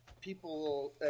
people